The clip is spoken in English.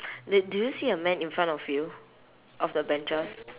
d~ do you see a man in front of you of the benches